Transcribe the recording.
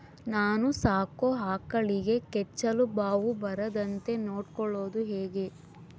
ನಾನು ಸಾಕೋ ಆಕಳಿಗೆ ಕೆಚ್ಚಲುಬಾವು ಬರದಂತೆ ನೊಡ್ಕೊಳೋದು ಹೇಗೆ?